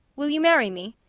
will you marry me?